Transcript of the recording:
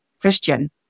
Christian